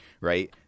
Right